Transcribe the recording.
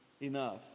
enough